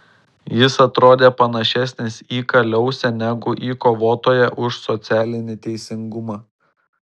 jis atrodė panašesnis į kaliausę negu į kovotoją už socialinį teisingumą